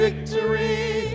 Victory